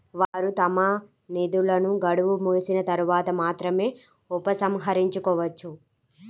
వారు తమ నిధులను గడువు ముగిసిన తర్వాత మాత్రమే ఉపసంహరించుకోవచ్చు